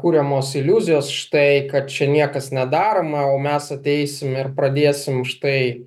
kuriamos iliuzijos štai kad čia niekas nedaroma o mes ateisim ir pradėsim štai